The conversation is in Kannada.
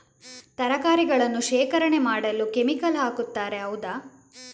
ತರಕಾರಿಗಳನ್ನು ಶೇಖರಣೆ ಮಾಡಲು ಕೆಮಿಕಲ್ ಹಾಕುತಾರೆ ಹೌದ?